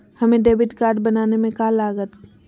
हमें debit card बनाने में का लागत?